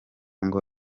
ngo